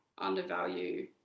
undervalue